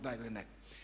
Da ili ne.